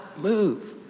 move